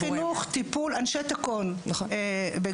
אנשי חינוך, טיפול, הכול בגדול.